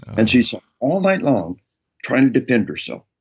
and she's up all night long trying to defend herself,